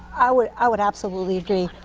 i would i would absolutely agree.